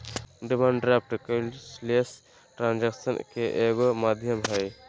demand draft cashless ट्रांजेक्शनन के एगो माध्यम हइ